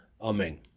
Amen